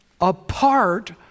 apart